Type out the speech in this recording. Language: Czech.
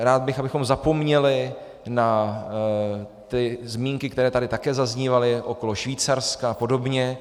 Rád bych, abychom zapomněli na ty zmínky, které tady také zaznívaly, okolo Švýcarska apod.